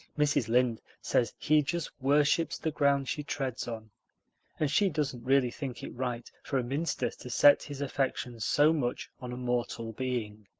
mrs. lynde says he just worships the ground she treads on and she doesn't really think it right for a minister to set his affections so much on a mortal being.